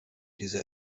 diese